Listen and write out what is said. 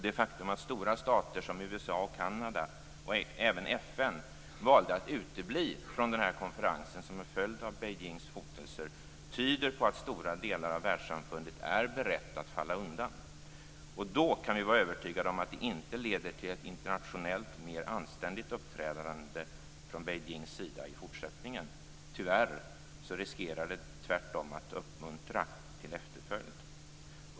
Det faktum att stora stater som USA och Canada samt FN valde att utebli från konferensen som en följd av Beijings hotelser tyder på att stora delar av världssamfundet är berett att falla undan. Och då kan vi vara övertygade om att detta inte leder till ett internationellt mer anständigt uppträdande från Beijings sida i fortsättningen. Tyvärr riskerar det tvärtom att uppmuntra till efterföljd.